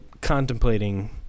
contemplating